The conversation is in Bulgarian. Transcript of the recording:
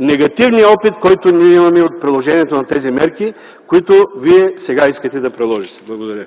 негативния опит, който имаме от приложението на тези мерки, които вие сега искате да приложите. Благодаря